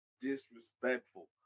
disrespectful